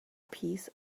piece